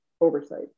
oversight